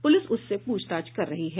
police उससे पूछतछ कर रही है